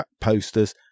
posters